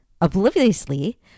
obliviously